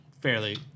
Fairly